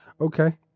Okay